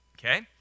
okay